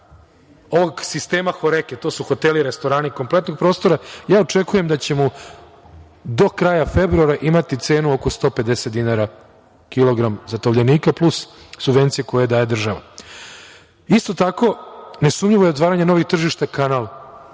ovog sistema "HoReCa", to su hoteli, restorani kompletnog prostora, ja očekujem da ćemo do kraja februara imati cenu oko 150 dinara kilogram za tovljenika, plus subvencije koje daje država. Isto tako, nesumnjivo je otvaranje novih tržišta, kanal,